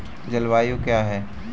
जलवायु क्या है?